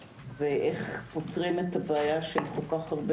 לגבי איך פותרים את הבעיה של כול כך הרבה